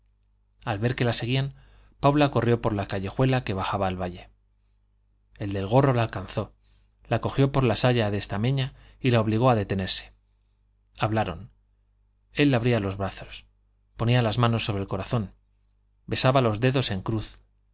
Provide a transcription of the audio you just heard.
al ver que la seguían paula corrió por la callejuela que bajaba al valle el del gorro la alcanzó la cogió por la saya de estameña y la obligó a detenerse hablaron él abría los brazos ponía las manos sobre el corazón besaba dos dedos en cruz